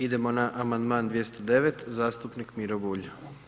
Idemo na amandman 2019., zastupnik Miro Bulj.